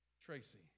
Tracy